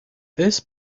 this